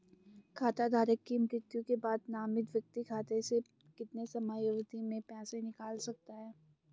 खाता धारक की मृत्यु के बाद नामित व्यक्ति खाते से कितने समयावधि में पैसे निकाल सकता है?